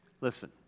Listen